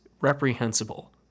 reprehensible